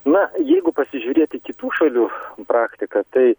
na jeigu pasižiūrėti kitų šalių praktiką tai